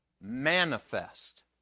manifest